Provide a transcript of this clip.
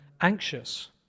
anxious